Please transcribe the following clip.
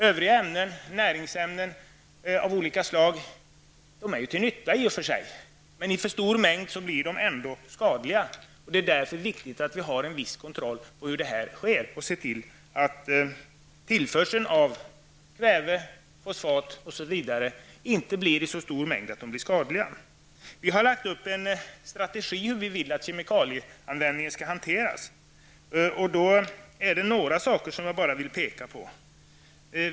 Övriga näringsämnen av olika slag är i och för sig till nytta, men i för stor mängd blir de ändå skadliga, och det är därför viktigt att vi har viss kontroll och ser till att tillförseln av kväve, fosfat osv. inte blir så stor att den blir skadlig. Vi har lagt upp en strategi för hur vi vill att kemikalieanvändningen skall hanteras. Där vill jag peka på några punkter.